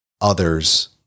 others